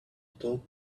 talk